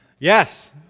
Yes